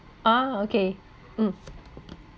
ah okay mm